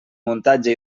muntatge